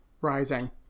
rising